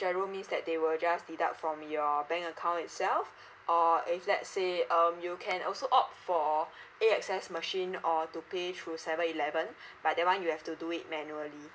GIRO means that they will just deduct from your bank account itself or if let's say um you can also opt for A_X_S machine or to pay through seven eleven but that [one] you have to do it manually